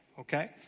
okay